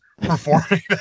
performing